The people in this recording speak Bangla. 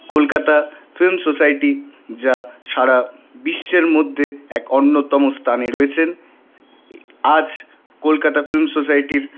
কলকাতা ফিল্ম সোসাইটি যা সারা বিশ্বের মধ্যে এক অন্যতম স্থানে রয়েছেন আজ কলকাতার ফিল্ম সোসাইটির